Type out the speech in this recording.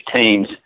teams